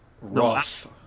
rough